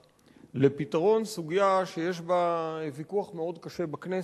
לפתרון סוגיה שיש בה ויכוח מאוד קשה בכנסת,